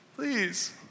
please